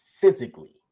physically